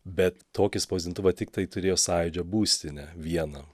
bet tokį spausdintuvą tiktai turėjo sąjūdžio būstinė vieną